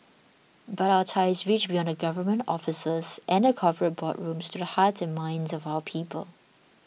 but our ties reach beyond the government offices and the corporate boardrooms to the hearts and minds of our people